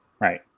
Right